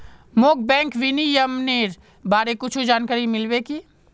मोक बैंक विनियमनेर बारे कुछु जानकारी मिल्बे की